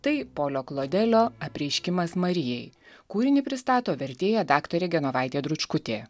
tai polio klodelio apreiškimas marijai kūrinį pristato vertėja daktarė genovaitė dručkutė